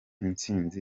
intsinzi